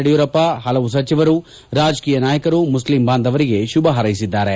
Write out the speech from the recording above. ಯಡಿಯೂರಪ್ಪ ಹಲವು ಸಚಿವರು ರಾಜಕೀಯ ನಾಯಕರು ಮುಸ್ಲಿಂ ಬಾಂಧವರಿಗೆ ಶುಭ ಹಾರೈಸಿದ್ದಾರೆ